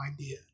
idea